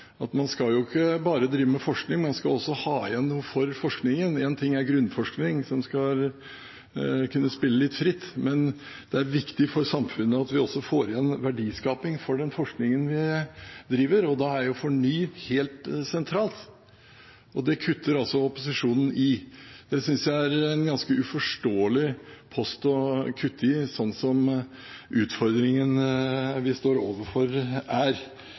Man skal ikke bare drive med forskning, man skal også ha noe igjen for forskningen. En ting er grunnforskning som skal kunne spille litt fritt, men det er viktig for samfunnet at vi også får igjen verdiskaping for den forskningen vi driver. Da er FORNY2020 helt sentralt, og det kutter altså opposisjonen i. Det synes jeg er en ganske uforståelig post å kutte i, slik utfordringene vi står overfor, er.